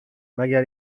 مگر